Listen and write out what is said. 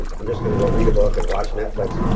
and i'm just gonna go read a book and watch netflix.